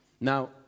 Now